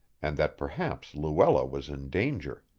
and that perhaps luella was in danger.